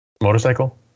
Motorcycle